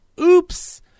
Oops